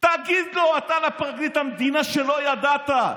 תגיד לו, לפרקליט המדינה, שלא ידעת?